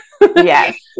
Yes